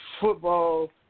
football